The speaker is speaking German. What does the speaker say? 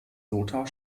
lothar